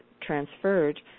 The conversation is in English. transferred